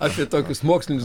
apie tokius mokslinius